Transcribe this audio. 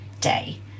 day